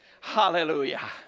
Hallelujah